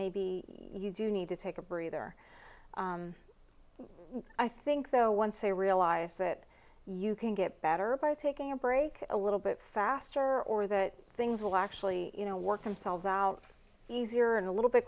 maybe you do need to take a breather i think though once they realize that you can get better by taking a break a little bit faster or that things will actually you know work themselves out easier and a little bit